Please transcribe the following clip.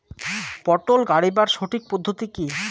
পটল গারিবার সঠিক পদ্ধতি কি?